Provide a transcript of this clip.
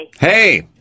Hey